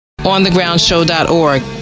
onthegroundshow.org